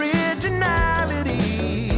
Originality